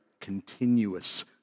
continuous